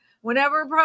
Whenever